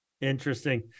Interesting